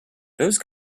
those